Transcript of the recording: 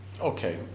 Okay